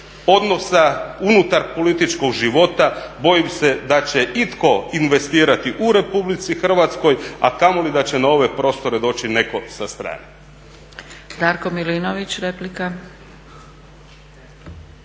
odnosa unutar političkog života, bojim se da će itko investirati u RH, a kamoli da će na ove prostore doći netko sa strane.